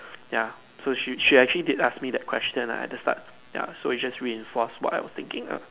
ya so she she actually did ask me that question lah at the start ya so it's just reinforce what I was thinking lah